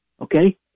Okay